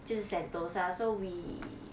就是 sentosa so we